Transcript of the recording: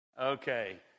Okay